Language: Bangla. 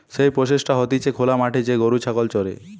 যেই প্রসেসটা হতিছে খোলা মাঠে যে গরু ছাগল চরে